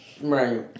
right